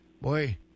boy